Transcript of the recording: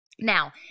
Now